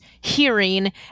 hearing